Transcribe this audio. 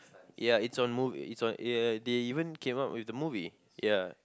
ya it's on movie it's on ya they even came up with a movie ya